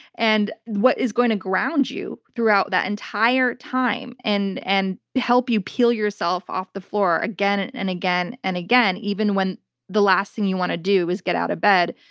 and what is going to ground you throughout that entire time and and help you peel yourself off the floor again and again and again, even when the last thing you want to do is get out of bed,